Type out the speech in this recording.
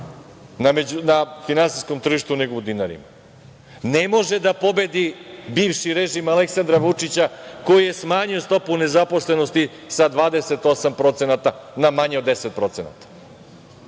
na finansijskom tržištu, nego u dinarima. Ne može da pobedi bivši režim Aleksandra Vučića koji je smanjio stopu nezaposlenosti sa 28% na manje od 10%.